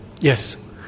Yes